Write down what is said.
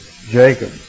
Jacob